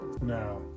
Now